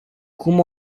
cum